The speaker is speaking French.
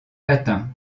latin